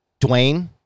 Dwayne